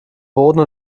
boden